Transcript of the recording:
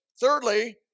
Thirdly